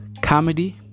comedy